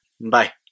bye